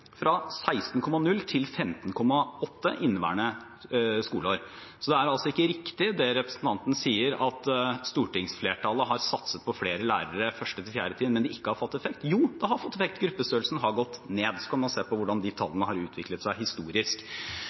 fra 16,0 til 15,8 i inneværende skoleår. Det er altså ikke riktig det representanten sier, at stortingsflertallet har satset på flere lærere på 1.–4. trinn, men at det ikke har fått effekt. Jo, det har fått effekt – gruppestørrelsen har gått ned. Og så kan man se på hvordan de tallene har utviklet seg historisk.